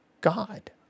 God